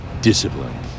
discipline